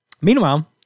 Meanwhile